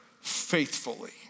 faithfully